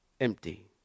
empty